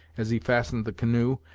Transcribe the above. as he fastened the canoe,